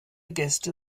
gäste